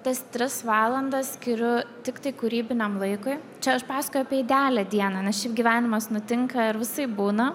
tas tris valandas skiriu tiktai kūrybiniam laikui čia aš pasakoju apie idealią dieną nes šiaip gyvenimas nutinka ir visaip būna